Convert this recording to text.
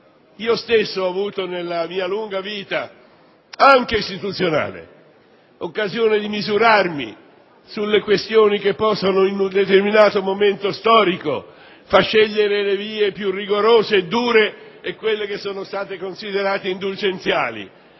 ho avuto, nella mia lunga vita anche istituzionale, occasione di misurarmi sulle questioni che possono, in un determinato momento storico, far scegliere le vie più rigorose e dure e quelle che sono state considerate indulgenziali,